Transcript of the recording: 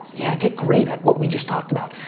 yeah, get great at what we just talked about.